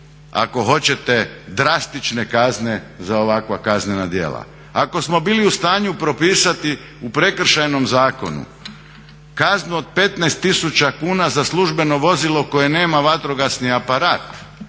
ako hoćete drastične kazne za ovakva kaznena djela. Ako smo bili u stanju propisati u Prekršajnom zakonu kaznu od 15,000 kuna za službeno vozilo koje nema vatrogasni aparat